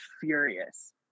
furious